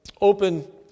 open